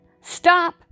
Stop